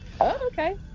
okay